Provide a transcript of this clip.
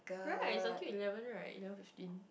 right it's until eleven right eleven fifteen